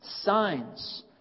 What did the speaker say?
Signs